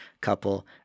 couple